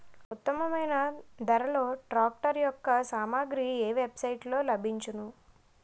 ఉత్తమమైన ధరలో ట్రాక్టర్ యెక్క సామాగ్రి ఏ వెబ్ సైట్ లో లభించును?